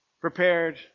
prepared